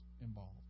involved